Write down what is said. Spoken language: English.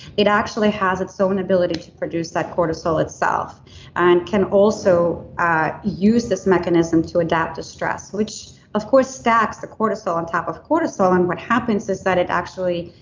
it actually has its own ability to produce that cortisol itself and can also use this mechanism to adapt to stress which, of course, stacks the cortisol on top of cortisol. and what happens is that it actually